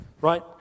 right